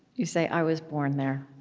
you say, i was born there.